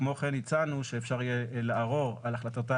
כמו כן הצענו שאפשר יהיה לערור על החלטתה